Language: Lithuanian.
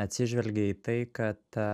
atsižvelgia į tai kad